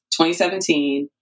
2017